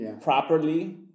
properly